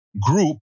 group